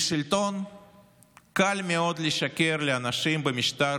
לשלטון קל מאוד לשקר לאנשים במשטר